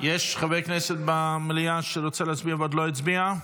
יש חבר כנסת במליאה שרוצה להצביע ועוד לא הצביע?